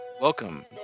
Welcome